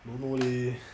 don't know leh